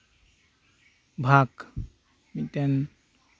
ᱵᱷᱟᱜ ᱢᱤᱫᱴᱮᱱ